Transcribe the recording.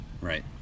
Right